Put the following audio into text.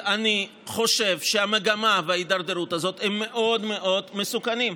אני חושב שהמגמה וההידרדרות הזאת הן מאוד מאוד מסוכנות.